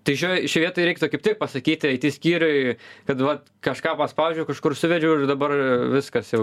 tai šioj vietoj reiktų kaip tik pasakyti it skyriuj kad vat kažką paspaudžiau kažkur suvedžiau ir dabar viskas jau